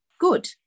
Good